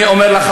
אני אומר לך,